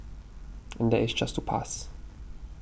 and that is just to pass